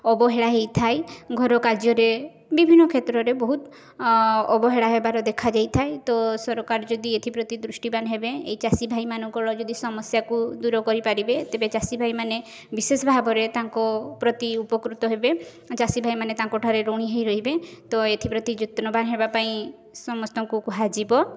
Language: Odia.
ଅବହେଳା ହେଇଥାଏ ଘର କାର୍ଯ୍ୟରେ ବିଭିନ୍ନ କ୍ଷେତ୍ରରେ ବହୁତ ଅବହେଳା ହେବାର ଦେଖା ଦେଇଥାଏ ତ ସରକାର ଯଦି ଏଥିପ୍ରତି ଦୃଷ୍ଟିବାନ ହେବେ ଏଇ ଚାଷୀଭାଇ ମାନଙ୍କର ଯଦି ସମସ୍ୟାକୁ ଦୂର କରିପାରିବେ ତେବେ ଚାଷୀଭାଇ ମାନେ ବିଶେଷ ଭାବରେ ତାଙ୍କପ୍ରତି ଉପକୃତ ହେବେ ଚାଷୀଭାଇ ମାନେ ତାଙ୍କ ନିକଟରେ ଋଣୀ ହେଇ ରହିବେ ତ ଏଥିପ୍ରତି ଯତ୍ନବାନ ହେବାପାଇଁ ସମସ୍ତଙ୍କୁ କୁହାଯିବ